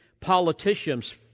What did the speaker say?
politicians